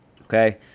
okay